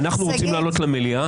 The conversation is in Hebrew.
אנחנו רוצים לעלות למליאה,